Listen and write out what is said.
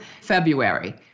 February